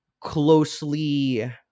closely